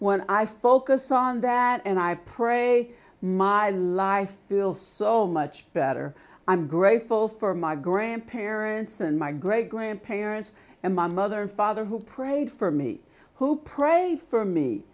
when i focus on that and i pray my life feel so much better i'm grateful for my grandparents and my great grandparents and my mother and father who prayed for me who prayed for me